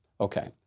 Okay